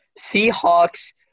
Seahawks